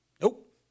Nope